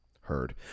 Heard